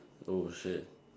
oh shit